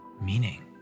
meaning